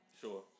Sure